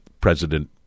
President